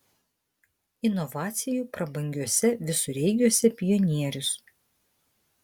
inovacijų prabangiuose visureigiuose pionierius